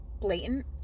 blatant